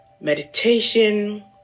meditation